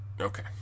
Okay